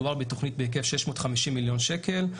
מדובר בתוכנית בהיקף של 650 מיליון שקל,